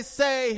say